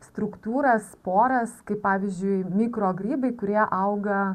struktūras poras kaip pavyzdžiui mikrogrybai kurie auga